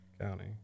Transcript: county